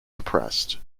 suppressed